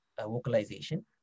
vocalization